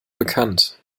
bekannt